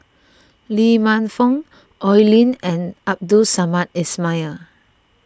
Lee Man Fong Oi Lin and Abdul Samad Ismail